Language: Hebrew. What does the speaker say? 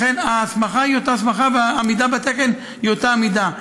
ההסמכה היא אותה הסמכה והעמידה בתקן היא אותה עמידה.